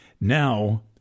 now